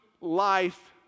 life